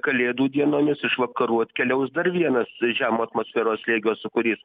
kalėdų dienomis iš vakarų atkeliaus dar vienas žemo atmosferos slėgio sūkurys